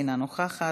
אינה נוכחת,